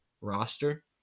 roster